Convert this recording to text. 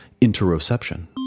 interoception